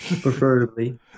Preferably